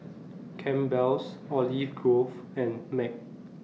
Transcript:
Campbell's Olive Grove and Mac